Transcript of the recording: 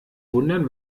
wundern